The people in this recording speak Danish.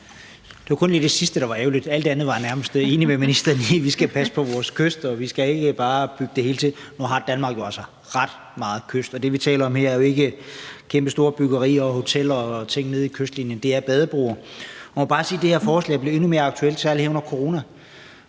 det sidste, der var ærgerligt. Alt det andet var jeg nærmest enig med ministeren i. Vi skal passe på vores kyster, og vi skal ikke bare bygge det hele til. Nu har Danmark jo altså ret meget kyst, og det, vi taler om her, er jo ikke kæmpestore byggerier og hoteller og den slags ting nede ved kystlinjen; det er badebroer. Og jeg må bare sige, at det her forslag er blevet endnu mere aktuelt under corona.